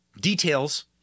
details